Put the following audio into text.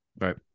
Right